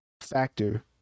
factor